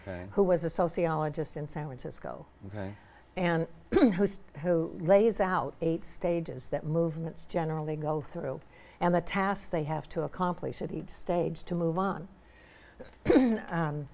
ok who was a sociologist in san francisco and who lays out eight stages that movements generally go through and the tasks they have to accomplish at each stage to move on